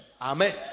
Amen